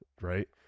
right